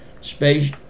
space